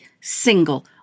single